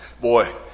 Boy